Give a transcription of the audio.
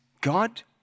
God